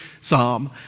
psalm